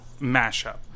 mashup